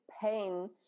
pain